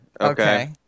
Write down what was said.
Okay